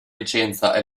licenza